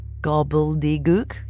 Gobbledygook